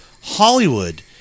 Hollywood